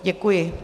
Děkuji.